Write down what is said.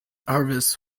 harvest